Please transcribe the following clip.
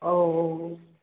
औऔऔ